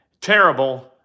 terrible